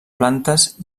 plantes